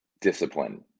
discipline